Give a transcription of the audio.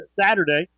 Saturday